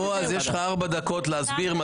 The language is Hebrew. בועז, יש לך ארבע דקות להסביר.